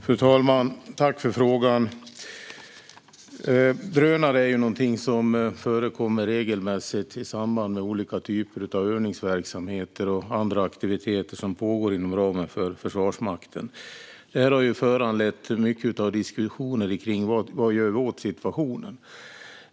Fru talman! Jag tackar för frågan. Drönare är någonting som förekommer regelmässigt i samband med olika typer av övningsverksamhet och andra aktiviteter som pågår inom ramen för Försvarsmakten. Detta har föranlett mycket diskussioner om vad vi kan göra åt situationen.